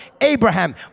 Abraham